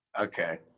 okay